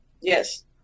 Yes